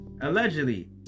Allegedly